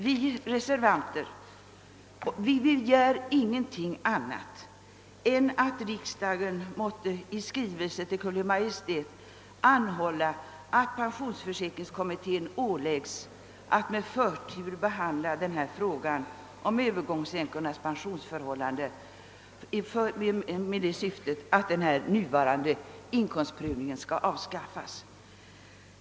Vi reservanter begär ingenting annat än att riksdagen i skrivelse till Kungl. Maj:t måtte anhålla att pensionsförsäkringskommittén åläggs att med förtur behandla frågan om övergångsänkornas pensionsförhållanden i syfte att nuvarande inkomstprövning avskaffas.